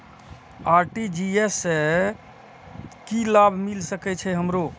RTGS से की लाभ मिल सके छे हमरो?